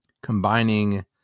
combining